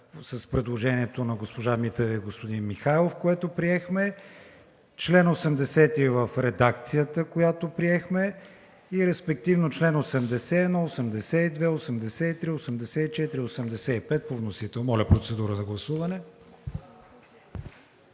с предложението на госпожа Митева и господин Михайлов, което приехме, чл. 80 в редакцията, която приехме, и респективно членове 81, 82, 83, 84, 85 по вносител. Гласували